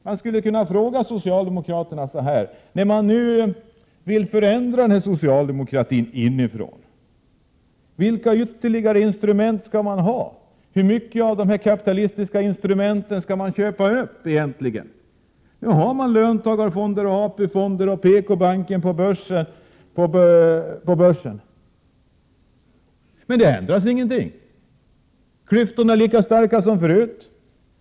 Jag vill fråga socialdemokraterna: Om man nu vill förändra socialdemokratin inifrån, vilka ytterligare instrument skall man ha? Hur många av de kapitalistiska instrumenten avser man egentligen att köpa 59 Prot. 1987/88:127 upp? Nu har man löntagarfonder, AP-fonder och dessutom PKbanken på börsen, men ingenting ändras för det. Klyftorna är lika djupa som förut.